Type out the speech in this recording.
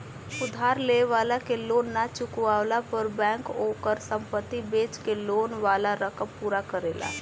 उधार लेवे वाला के लोन ना चुकवला पर बैंक ओकर संपत्ति बेच के लोन वाला रकम पूरा करेला